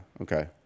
Okay